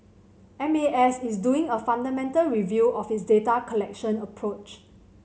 M A S is doing a fundamental review of its data collection approach